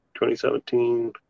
2017